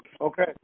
okay